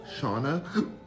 Shauna